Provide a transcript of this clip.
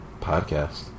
Podcast